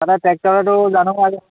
তাতে ট্ৰেক্টৰেতো জানই আৰু